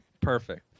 Perfect